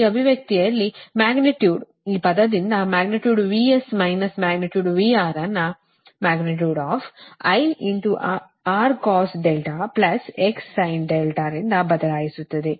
ಈ ಅಭಿವ್ಯಕ್ತಿಯಲ್ಲಿ ಮ್ಯಾಗ್ನಿಟ್ಯೂಡ್ ಈ ಪದದಿಂದ magnitude VS minus magnitude VR ಅನ್ನು IRcos δXsin δ ರಿಂದ ಬದಲಾಯಿಸುತ್ತದೆ